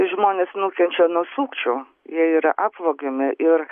žmonės nukenčia nuo sukčių jie yra apvogiami ir